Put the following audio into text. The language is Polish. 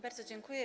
Bardzo dziękuję.